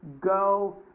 go